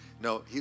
No